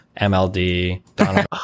MLD